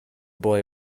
boy